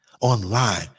online